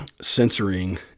censoring